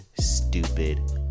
stupid